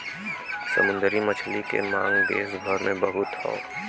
समुंदरी मछली के मांग देस भर में बहुत हौ